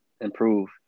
improve